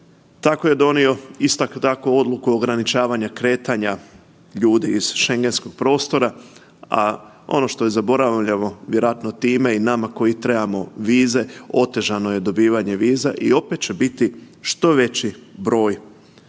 tako je donio isto tako odluku o ograničavanju kretanja ljudi iz schengenskog prostora, a ono što zaboravljamo vjerojatno time i nama koji trebamo vize otežano je dobivanje viza i opet će biti što veći broj